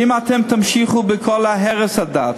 ואם אתם תמשיכו בכל הרס הדת,